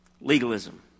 Legalism